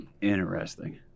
Interesting